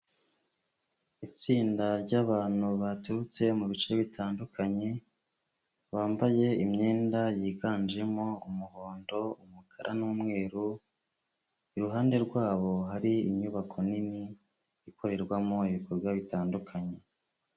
Itsinda ry'abantu baturutse mu bice bitandukanye bambaye imyenda yiganjemo umuhondo, umukara n'umweru, iruhande rwabo hari inyubako nini ikorerwamo ibikorwa bitandukanye.